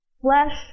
Flesh